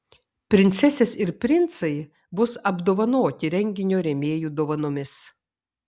princesės ir princai bus apdovanoti renginio rėmėjų dovanomis